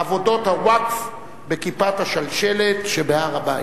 עבודות הווקף בכיפת השלשלת שבהר-הבית.